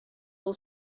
will